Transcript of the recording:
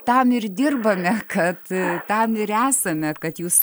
tam ir dirbame kad tam ir esame kad jūs